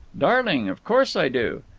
darling, of course i do.